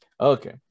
Okay